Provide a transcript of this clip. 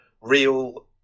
real